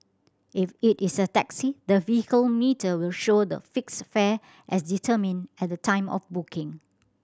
if it is a taxi the vehicle meter will show the fixed fare as determined at the time of booking